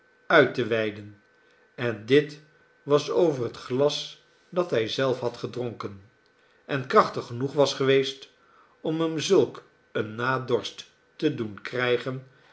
uit te weiden en dit was over het glas dat hij zelf had gedronken en krachtig genoeg was geweest om hern zulk een nadorst te doen krijgen